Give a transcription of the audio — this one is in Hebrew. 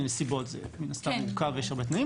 נסיבות זה מן הסתם מורכב ויש הרבה תנאים